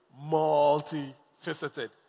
multifaceted